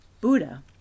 Buddha